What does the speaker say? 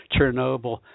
Chernobyl